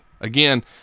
Again